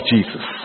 Jesus